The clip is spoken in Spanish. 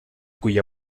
cuya